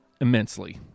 immensely